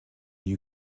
you